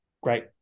great